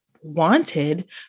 wanted